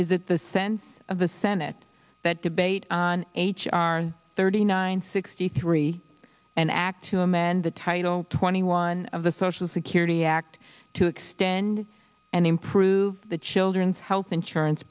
is it the sense of the senate that debate on h r thirty nine sixty three and act to amend the title twenty one of the social security act to extend and improve the children's health insurance